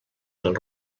del